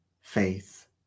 faith